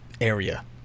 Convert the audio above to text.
area